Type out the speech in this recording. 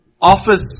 office